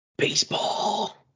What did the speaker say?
Baseball